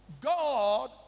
God